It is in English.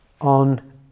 on